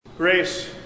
Grace